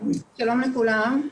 שלום לכולם.